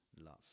love